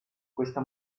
questa